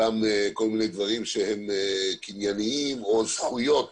גם כל מיני דברים שהם קנייניים או זכויות